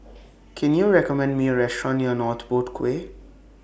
Can YOU recommend Me A Restaurant near North Boat Quay